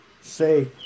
Say